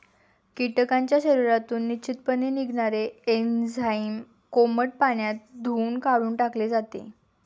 कीटकांच्या शरीरातून निश्चितपणे निघणारे एन्झाईम कोमट पाण्यात धुऊन काढून टाकले जाते